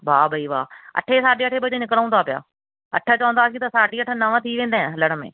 वाह भई वाह अठे साढे अठे बजे निकरूं था पिया अठ चवंदासी त साढी अठ नव थी वेंदई हलण में